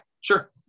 sure